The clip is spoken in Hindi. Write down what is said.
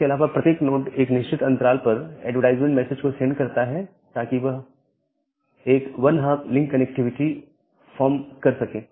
इसके अलावा प्रत्येक नोड एक निश्चित अंतराल पर एडवर्टाइजमेंट मैसेज को सेंड करता है ताकि वह एक one half link connectivity form कर सकें